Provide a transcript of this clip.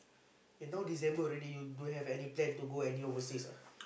eh now December you don't have any plan to go any overseas ah